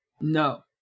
No